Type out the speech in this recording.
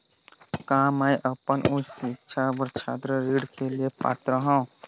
का मैं अपन उच्च शिक्षा बर छात्र ऋण के लिए पात्र हंव?